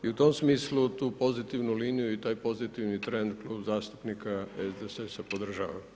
I u tom smislu tu pozitivnu liniju i taj pozitivni trend Klub zastupnika SDSS-a podržava.